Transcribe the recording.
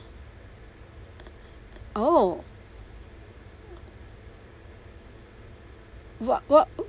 oh what what